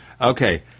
Okay